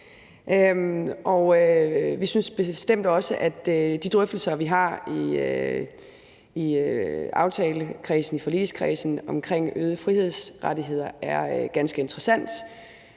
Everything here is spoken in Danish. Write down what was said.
Vi synes bestemt også, at de drøftelser, vi har i aftalekredsen, i forligskredsen, omkring øgede frihedsrettigheder er ganske interessante.